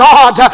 God